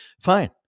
Fine